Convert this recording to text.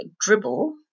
dribble